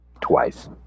twice